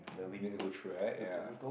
go through right ya